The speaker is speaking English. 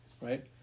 right